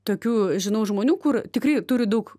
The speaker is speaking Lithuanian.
tokių žinau žmonių kur tikrai turi daug